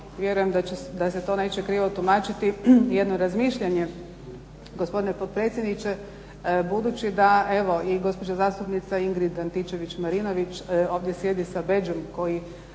vjerujem da se to neće krivo tumačiti jedno razmišljanje. Gospodine potpredsjedniče, budući da evo i gospođa zastupnica Ingrid Antičević-Mrinović ovdje sjedi sa bedžom koji